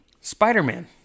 Spider-Man